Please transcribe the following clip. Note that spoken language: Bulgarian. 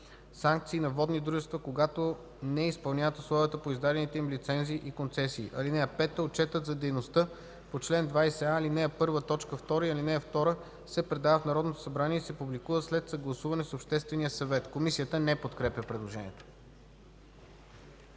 санкции на водни дружества, когато не изпълняват условията по издадените им лицензи и концесии. (5) Отчетът за дейността по чл.20а, ал. 1, т. 2 и ал. 2 се предава в Народното събрание и се публикува след съгласуване с обществения съвет.” Комисията не подкрепя предложението.